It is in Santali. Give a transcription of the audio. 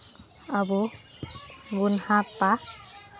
ᱟᱵᱚ ᱵᱚᱱ ᱦᱟᱛᱼᱟ